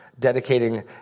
dedicating